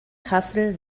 kassel